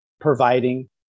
providing